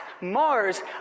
Mars